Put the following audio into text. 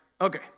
okay